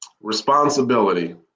Responsibility